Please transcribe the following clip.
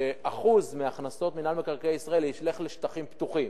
שאחוז מהכנסות מינהל מקרקעי ישראל ילך לשטחים פתוחים.